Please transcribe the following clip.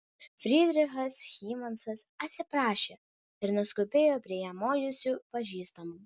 frydrichas hymansas atsiprašė ir nuskubėjo prie jam mojusių pažįstamų